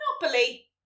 Monopoly